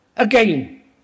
Again